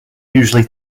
usually